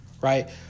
right